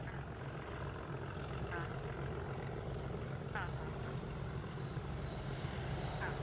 ആ ആ ആ ഹാ ഹാ ഹാ ആ